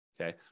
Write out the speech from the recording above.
okay